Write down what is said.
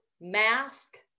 mask